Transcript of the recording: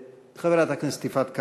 חברת הכנסת יפעת קריב,